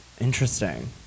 Interesting